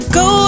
go